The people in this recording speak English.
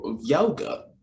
yoga